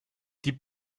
die